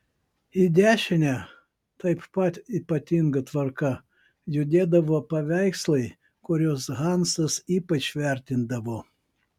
į dešinę taip pat ypatinga tvarka judėdavo paveikslai kuriuos hansas ypač vertindavo